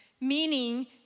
Meaning